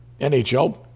NHL